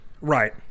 Right